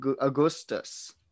Augustus